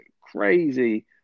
crazy